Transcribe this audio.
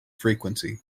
frequency